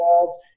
involved